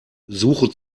suche